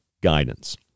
guidance